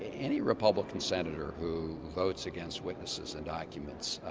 any republican senator who votes against witnesses and documents,